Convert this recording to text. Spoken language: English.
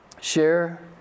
share